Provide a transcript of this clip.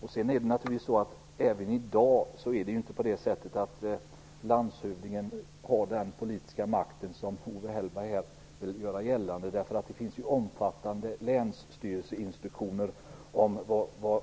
Slutligen har naturligtvis inte landshövdingen i dag heller den politiska makt som Owe Hellberg vill göra gällande. Det finns omfattande länsstyrelseinstruktioner om vad